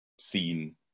seen